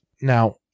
Now